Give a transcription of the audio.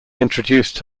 introduced